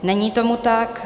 Není tomu tak.